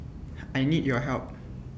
I need your help